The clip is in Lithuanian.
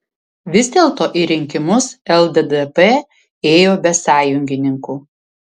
vis dėlto į rinkimus lddp ėjo be sąjungininkų